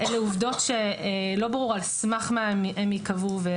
אלה עובדות שלא ברור על סמך מה הן ייקבעו.